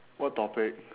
what topic